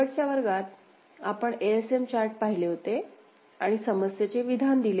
शेवटच्या वर्गात आपण एएसएम चार्ट पाहिले आणि समस्येचे विधान दिले